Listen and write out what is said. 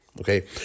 okay